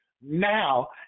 now